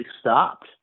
stopped